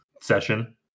session